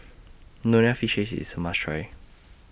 Nonya Fish Head IS A must Try